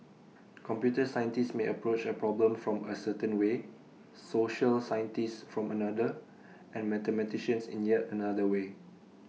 computer scientists may approach A problem from A certain way social scientists from another and mathematicians in yet another way